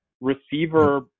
receiver